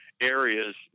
areas